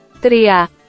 Tria